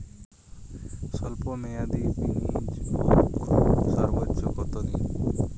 স্বল্প মেয়াদি বিনিয়োগ সর্বোচ্চ কত দিন?